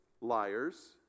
liars